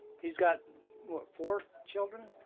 he's got what, four children,